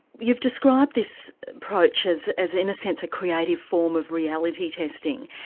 you've described this approach as as in a sense a creative form of reality testing.